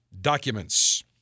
documents